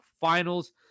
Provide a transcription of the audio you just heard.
Finals